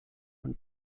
und